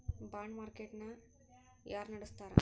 Bond market ನ ಯಾರ್ನಡ್ಸ್ತಾರ?